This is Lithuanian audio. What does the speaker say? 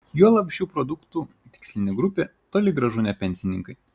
juolab šių produktų tikslinė grupė toli gražu ne pensininkai